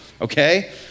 okay